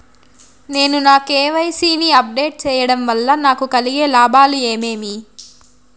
నేను నా కె.వై.సి ని అప్ డేట్ సేయడం వల్ల నాకు కలిగే లాభాలు ఏమేమీ?